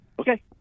Okay